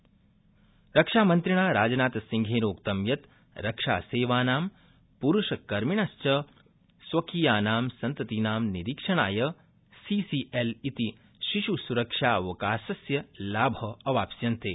राजनाथसिंह रक्षामंत्रिणा राजनाथसिंहेनोक्तं यत् रक्षासेवानां पुरूषकमिणश्च स्वकीयानां सन्ततिनां निरीक्षणाय सीसीएल इत्यस्य शिशुसुरक्षा अवकाशस्य लाभ अवाप्स्यन्ते